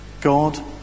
God